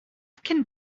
cyn